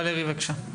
ולרי בבקשה.